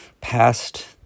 past